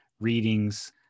readings